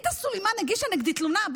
עאידה סלימאן הגישה נגדי תלונה,